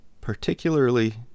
particularly